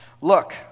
Look